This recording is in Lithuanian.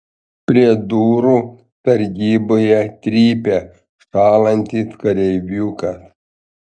prie durų sargyboje trypia šąlantis kareiviukas